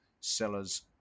sellers